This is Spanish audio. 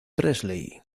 presley